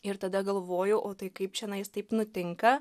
ir tada galvoju o tai kaip čianais taip nutinka